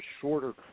shorter